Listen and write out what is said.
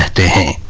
da